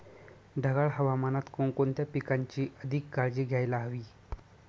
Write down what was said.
ढगाळ हवामानात कोणकोणत्या पिकांची अधिक काळजी घ्यायला हवी?